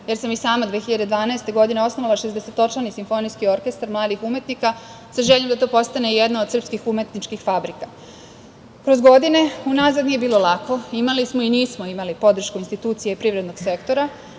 jer sam i sama 2012. godine osnovala šezdesetočlani simfonijski orkestar mladih umetnika, sa željom da to postane jedna od srpskih umetničkih fabrika. Kroz godine unazad nije bilo lako. Imali smo i nismo imali podršku institucija i privrednog sektora,